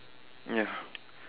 ya